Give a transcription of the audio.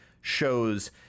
shows